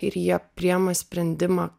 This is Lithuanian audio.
ir jie priema sprendimą